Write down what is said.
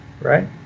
right